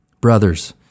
Brothers